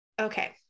okay